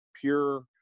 pure